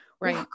Right